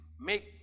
make